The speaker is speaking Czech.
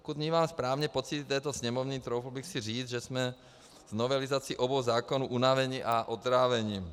Pokud vnímám správně pocit této Sněmovny, troufl bych si říct, že jsme z novelizací obou zákonů unaveni a otráveni.